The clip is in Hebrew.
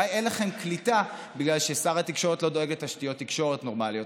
אולי אין לכם קליטה בגלל ששר התקשורת לא דואג לתשתיות תקשורת נורמליות,